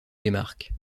démarque